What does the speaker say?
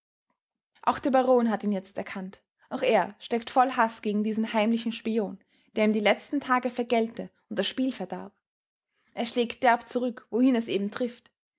auch der baron hat ihn jetzt erkannt auch er steckt voll haß gegen diesen heimlichen spion der ihm die letzten tage vergällte und das spiel verdarb er schlägt derb zurück wohin es eben trifft